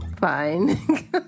fine